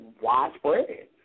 widespread